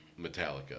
Metallica